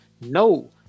no